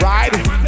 Ride